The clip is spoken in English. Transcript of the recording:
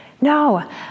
No